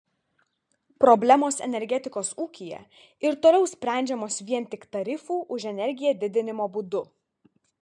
problemos energetikos ūkyje ir toliau sprendžiamos vien tik tarifų už energiją didinimo būdu